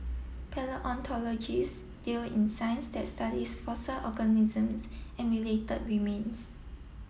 palaeontologist deal in science that studies fossil organisms and related remains